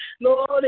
Lord